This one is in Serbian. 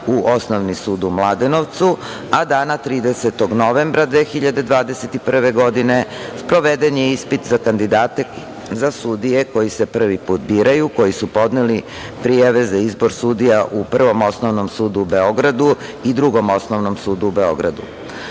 u Osnovni sud u Mladenovcu, a dana 30. novembra 2021. godine sproveden je ispit za kandidate za sudije koji se prvi put biraju, koji su podneli prijave za izbor sudija u Prvom osnovnom sudu u Beogradu i Drugom osnovnom sudu u